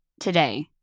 today